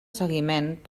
seguiment